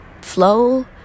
Flow